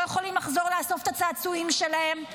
לא יכולים לחזור לאסוף את הצעצועים שלהם,